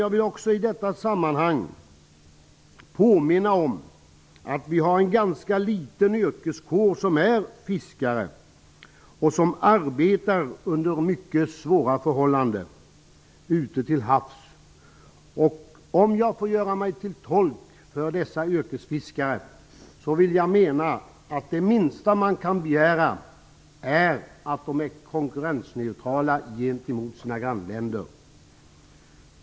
Jag vill också i detta sammanhang påminna om att yrkesfiskare är en ganska liten yrkeskår som arbetar under mycket svåra förhållanden - ute till havs. Om jag får göra mig till tolk för dessa yrkesfiskare vill jag mena att det minsta man kan begära är att de är konkurrensneutrala gentemot sina grannländer.